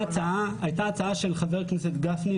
הייתה הצעה של חבר הכנסת גפני,